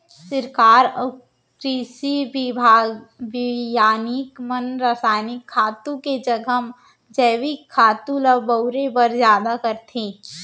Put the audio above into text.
सरकार अउ कृसि बिग्यानिक मन रसायनिक खातू के जघा म जैविक खातू ल बउरे बर जादा कथें